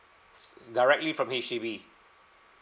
directly from H_D_B